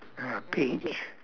uh peach